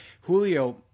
Julio